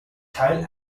kyle